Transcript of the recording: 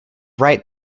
right